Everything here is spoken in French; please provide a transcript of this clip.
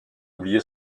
oublié